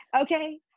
Okay